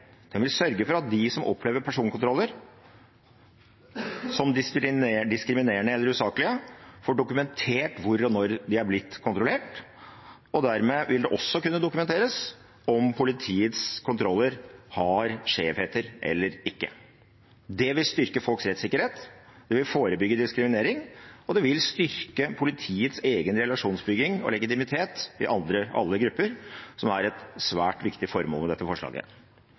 Den vil sørge for at de som opplever personkontroller som diskriminerende eller usaklige, får dokumentert hvor og når de er blitt kontrollert. Dermed vil det også kunne dokumenteres om politiets kontroller har skjevheter eller ikke. Det vil styrke folks rettssikkerhet, det vil forebygge diskriminering, og det vil styrke politiets egen relasjonsbygging og legitimitet i alle grupper, som er et svært viktig formål med dette forslaget.